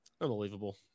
Unbelievable